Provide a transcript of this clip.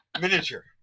miniature